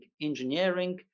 engineering